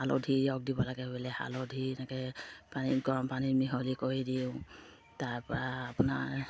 হালধি ৰস দিব লাগে বোলে হালধি এনেকৈ পানী গৰম পানীত মিহলি কৰি দিওঁ তাৰপৰা আপোনাৰ